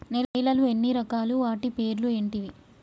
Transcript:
నేలలు ఎన్ని రకాలు? వాటి పేర్లు ఏంటివి?